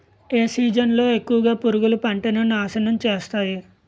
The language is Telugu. ఏ సీజన్ లో ఎక్కువుగా పురుగులు పంటను నాశనం చేస్తాయి?